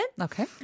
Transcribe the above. Okay